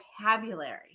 vocabulary